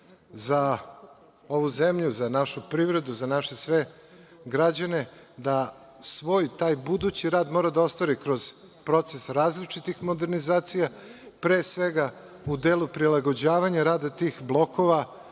za ovu zemlju, za našu privredu, za naše građane, da svoj taj budući rad moraju da ostvare kroz proces različitih modernizacija, pre svega u delu prilagođavanja rada tih blokova